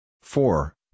four